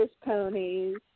ponies